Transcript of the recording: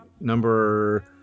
number